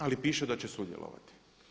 Ali piše da će sudjelovati.